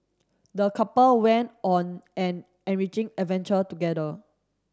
the couple went on an enriching adventure together